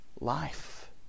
life